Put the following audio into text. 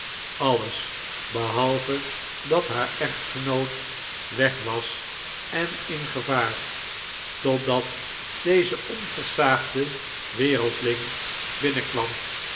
alles behalve dat haar echtgenoot weg was en in gevaar totdat deze onversaagde wereldling binnenkwam